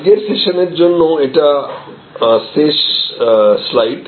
আজকের সেশনের জন্য এটি শেষ স্লাইড